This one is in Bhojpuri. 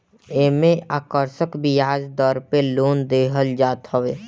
एमे आकर्षक बियाज दर पे लोन देहल जात हवे